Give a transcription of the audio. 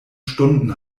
stunden